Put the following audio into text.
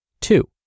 Two